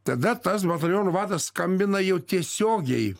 tada tas bataliono vadas skambina jau tiesiogiai